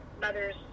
mother's